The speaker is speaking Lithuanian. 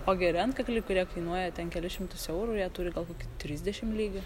o geri antkakliai kurie kainuoja ten kelis šimtus eurų ir jie turi gal kokį trisdešim lygų